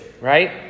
right